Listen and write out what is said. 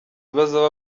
bazaba